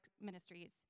ministries